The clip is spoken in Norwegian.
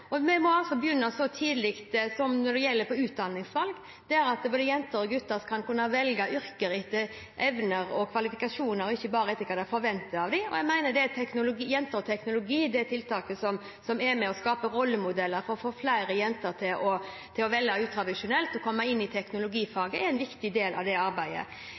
med. Vi må begynne så tidlig som ved utdanningsvalg – både jenter og gutter skal kunne velge yrke etter evner og kvalifikasjoner og ikke bare etter hva en forventer av dem. Jeg mener at Jenter og teknologi, et tiltak som er med på å skape rollemodeller for å få flere jenter til å velge utradisjonelt og komme inn i teknologifaget, er en viktig del av det arbeidet.